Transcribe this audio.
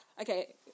okay